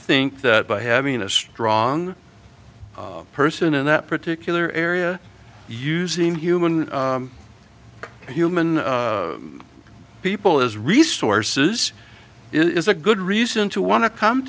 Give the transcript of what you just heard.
think that by having a strong person in that particular area using human and human people as resources is a good reason to want to come